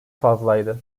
fazlaydı